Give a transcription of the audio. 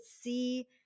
see